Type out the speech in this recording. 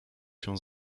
się